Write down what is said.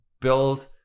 build